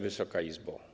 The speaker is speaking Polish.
Wysoka Izbo!